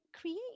create